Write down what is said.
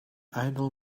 idle